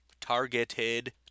targeted